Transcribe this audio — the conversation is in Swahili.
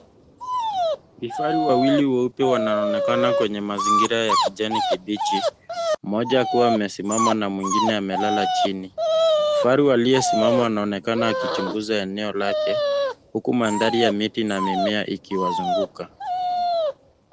Vifaru wawili weupe wanaonekana kwenye mazingira ya kijani kibichi, mmoja akiwa amesimama, na mwingine amelala chini. Faru aliyesimama anaonekana akichunguza eneo lake, huku mandhari ya miti na mimea, ikiwazunguka.